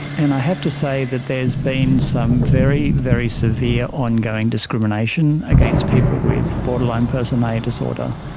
and i have to say that there has been some very, very severe ongoing discrimination against people with borderline personality disorder.